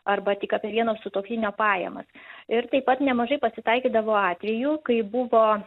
arba tik apie vieno sutuoktinio pajamas ir taip pat nemažai pasitaikydavo atvejų kai buvo